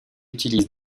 utilise